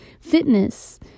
fitness